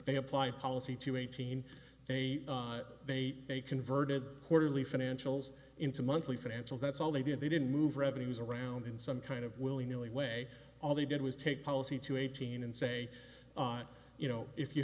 they apply policy to eighteen a date they converted quarterly financials into monthly financials that's all they did they didn't move revenues around in some kind of willy nilly way all they did was take policy to eighteen and say you know if you